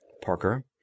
Parker